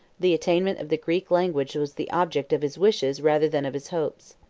the attainment of the greek language was the object of his wishes rather than of his hopes.